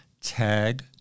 tag